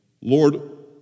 Lord